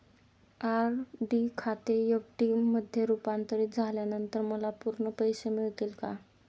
RD खाते FD मध्ये रुपांतरित झाल्यानंतर मला पूर्ण पैसे मिळतील का?